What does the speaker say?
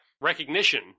recognition